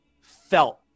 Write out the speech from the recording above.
felt